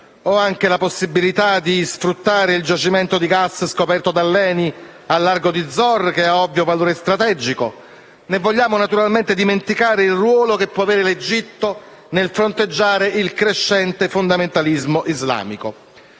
o anche la possibilità di sfruttare il giacimento di gas scoperto dall'ENI a largo di Zohr, che ha un ovvio valore strategico, né vogliamo, naturalmente, dimenticare il ruolo che può avere l'Egitto nel fronteggiare il crescente fondamentalismo islamico,